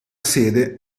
sede